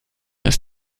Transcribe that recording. ist